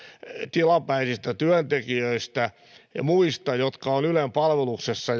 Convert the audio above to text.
tilapäisistä työntekijöistä ja muista jotka ovat ylen palveluksessa